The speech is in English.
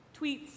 Tweets